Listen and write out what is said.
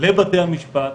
לבתי המשפט,